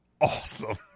awesome